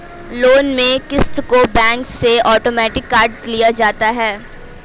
loan में क़िस्त को बैंक से आटोमेटिक काट लिया जाता है